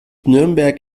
nürnberg